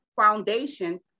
foundation